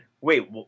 Wait